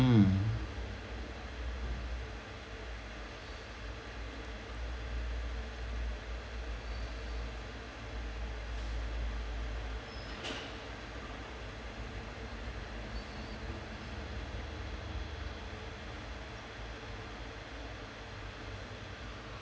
mm